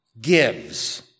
gives